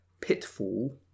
pitfall